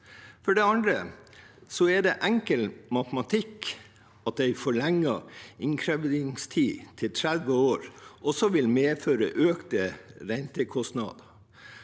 For det andre er det enkel matematikk at en forlenget innkrevingstid til 30 år også vil medføre økte rentekostnader.